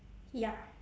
ya